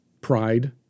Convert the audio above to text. pride